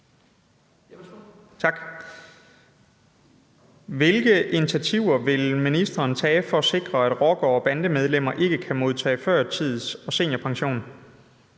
Hvilke initiativer vil ministeren tage for at sikre, at rockere og bandemedlemmer ikke kan modtage førtids- eller seniorpension?